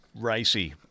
ricey